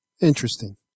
interesting